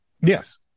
yes